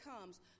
comes